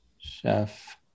Chef